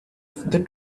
the